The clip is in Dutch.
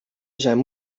zijn